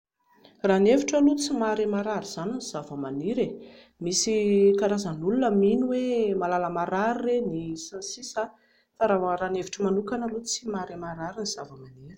Raha ny hevitro aloha tsy mahare marary izany ny zava-maniry e, misy karazana olona mino hoe mahalala marary ireny sns fa raha ny hevitro manokana aloha tsy mahare marary ny zava-maniry